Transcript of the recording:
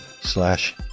slash